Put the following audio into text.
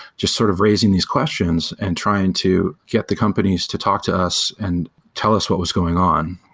just sort of raising these questions and trying to get the companies to talk to us and tell us what was going on.